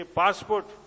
passport